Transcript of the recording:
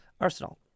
arsenal